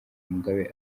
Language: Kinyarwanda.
mugabe